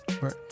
Right